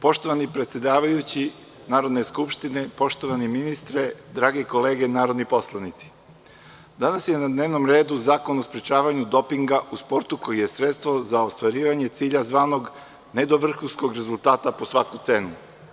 Poštovani predsedavajući Narodne skupštine, poštovani ministre, drage kolege narodni poslanici, danas je na dnevnom redu Zakon o sprečavanju dopinga u sportu koji je sredstvo za ostvarivanje cilja zvanog ne do vrhunskog rezultata po svaku cenu.